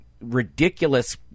ridiculous